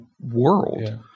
world